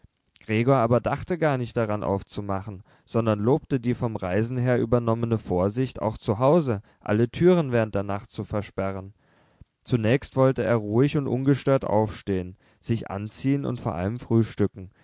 gregor aber dachte gar nicht daran aufzumachen sondern lobte die vom reisen her übernommene vorsicht auch zu hause alle türen während der nacht zu versperren zunächst wollte er ruhig und ungestört aufstehen sich anziehen und vor allem frühstücken